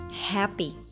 Happy